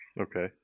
Okay